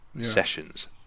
sessions